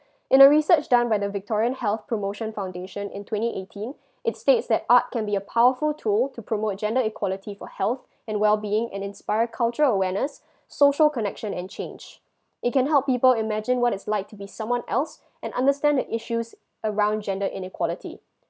in a research done by the victorian health promotion foundation in twenty eighteen it states that art can be a powerful tool to promote gender equality for heath and well being and inspire culture awareness social connection and change it can help people imagine what it's like to be someone else and understand the issues around gender inequality